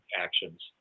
actions